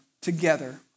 together